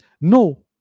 No